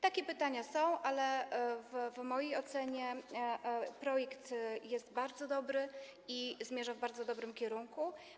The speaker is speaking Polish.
Takie pytania się nasuwają, ale w mojej ocenie projekt jest bardzo dobry i zmierza w bardzo dobrym kierunku.